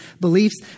beliefs